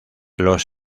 los